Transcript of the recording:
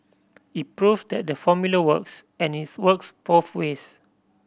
it prove that the formula works and it's works both ways